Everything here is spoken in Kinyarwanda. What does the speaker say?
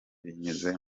binyuze